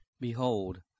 Behold